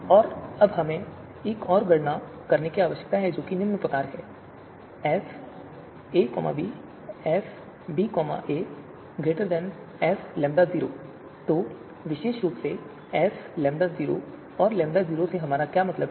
और अब हमें एक और गणना करने की आवश्यकता है जो निम्न प्रकार है तो विशेष रूप से sλ0 और λ0 से हमारा क्या मतलब है